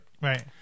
right